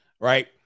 Right